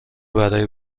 برای